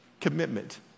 commitment